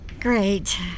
Great